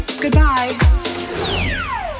Goodbye